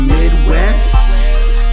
Midwest